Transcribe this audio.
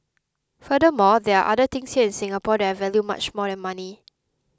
furthermore there are other things here in Singapore that I value much more than money